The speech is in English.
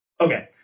Okay